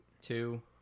two